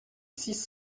six